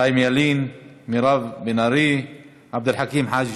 חיים ילין, מירב בן ארי, עבד אל חכים חאג'